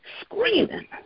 screaming